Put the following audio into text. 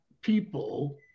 people